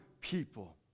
people